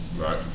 Right